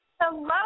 Hello